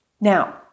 Now